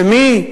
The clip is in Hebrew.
ומי?